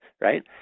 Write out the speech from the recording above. right